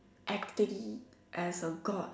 acting as a god